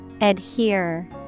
Adhere